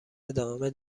دامه